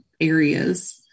areas